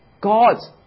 God's